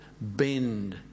bend